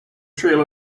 trail